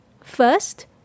first